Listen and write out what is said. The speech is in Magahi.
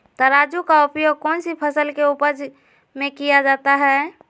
तराजू का उपयोग कौन सी फसल के उपज में किया जाता है?